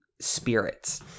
spirits